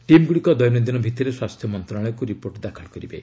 ଟିମ୍ଗୁଡ଼ିକ ଦୈନନ୍ଦିନ ଭିଭିରେ ସ୍ୱାସ୍ଥ୍ୟ ମନ୍ତ୍ରଣାଳୟକୁ ରିପୋର୍ଟ ଦାଖଲ କରିବେ